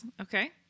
okay